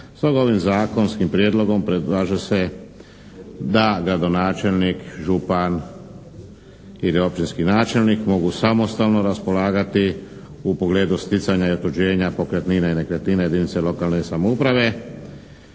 Sad ovim Zakonskim prijedlogom predlaže se da ga gradonačelnik, župan ili općinski načelnik mogu samostalno raspolagati u pogledu sticanja i otuđenja pokretnine i nekretnine jedinice lokalne samouprave